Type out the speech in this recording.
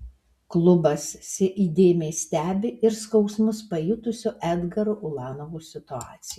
klubas įdėmiai stebi ir skausmus pajutusio edgaro ulanovo situaciją